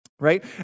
Right